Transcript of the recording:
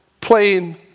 playing